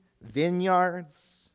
vineyards